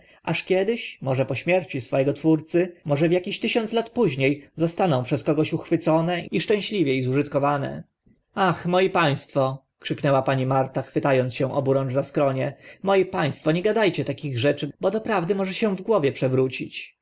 aż kiedyś może po śmierci swego twórcy może w akie tysiąc lat późnie zostaną przez kogoś uchwycone i szczęśliwie zużytkowane ach moi państwo krzyknęła pani marta chwyta ąc się oburącz za skronie moi państwo nie gada cie takich rzeczy bo doprawdy może się w głowie przewrócić